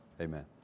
Amen